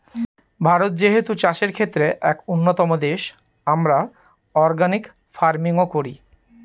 ভারত যেহেতু চাষের ক্ষেত্রে এক উন্নতম দেশ, আমরা অর্গানিক ফার্মিং ও করি